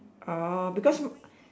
orh because